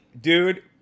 dude